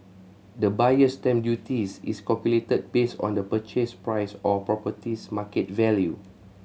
The Buyer's Stamp Duties is calculated based on the purchase price or property's market value